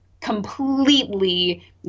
completely